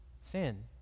sin